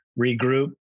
regroup